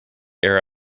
air